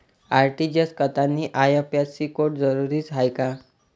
RTGS करतांनी IFSC code जरुरीचा हाय का?